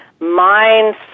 mindset